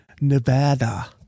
Nevada